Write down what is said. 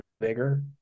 bigger